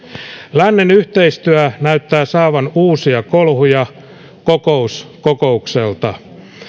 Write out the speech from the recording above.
lännen yhteistyö näyttää saavan uusia kolhuja kokous kokoukselta